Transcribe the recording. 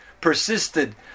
persisted